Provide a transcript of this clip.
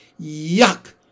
Yuck